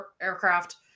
Aircraft